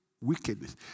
wickedness